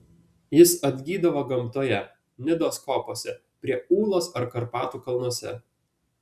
jis atgydavo gamtoje nidos kopose prie ūlos ar karpatų kalnuose